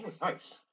Nice